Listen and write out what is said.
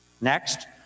Next